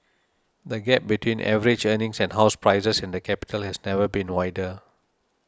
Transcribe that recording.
the gap between average earnings and house prices in the capital has never been wider